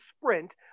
sprint